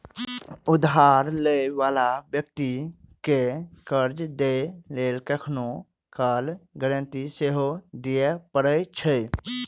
उधार लै बला व्यक्ति कें कर्ज दै लेल कखनहुं काल गारंटी सेहो दियै पड़ै छै